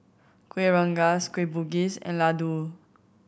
Kueh Rengas Kueh Bugis and laddu